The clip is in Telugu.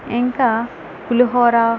ఇంకా పులిహోర